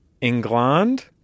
England